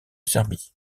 serbie